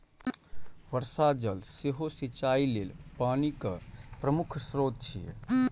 वर्षा जल सेहो सिंचाइ लेल पानिक प्रमुख स्रोत छियै